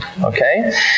okay